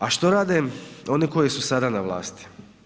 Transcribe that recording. A što rade oni koji su sada na vlasti?